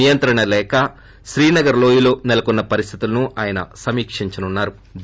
నియంత్రణ రేఖ శ్రీనగర్ లోయలో నెలకొన్న పరిస్థితులను ఆయన సమీక్షించనున్నా రు